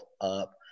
up